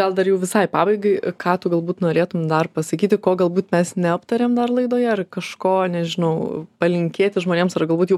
gal dar jau visai pabaigai ką tu galbūt norėtum dar pasakyti ko galbūt mes neaptarėm dar laidoje ar kažko nežinau palinkėti žmonėms ar galbūt jų